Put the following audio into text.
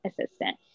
assistant